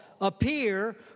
appear